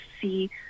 see